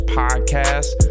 podcast